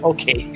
Okay